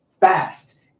fast